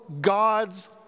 God's